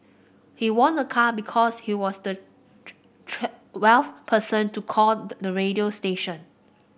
he won a car because he was the person to call the the radio station